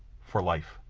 for life.